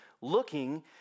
looking